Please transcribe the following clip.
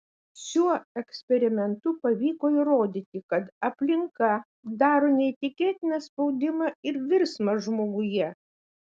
šiuo eksperimentu pavyko įrodyti kad aplinka daro neįtikėtiną spaudimą ir virsmą žmoguje